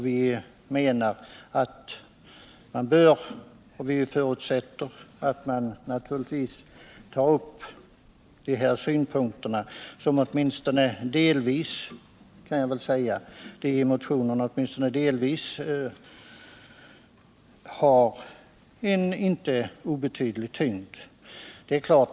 Vi förutsätter att man tar upp de synpunkter som framförs i motionen och som åtminstone delvis har en inte obetydlig tyngd.